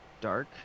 dark